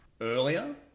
earlier